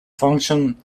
function